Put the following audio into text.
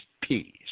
peace